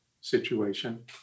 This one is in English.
situation